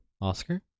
Oscar